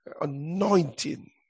anointing